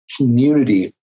Community